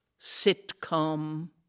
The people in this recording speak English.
sitcom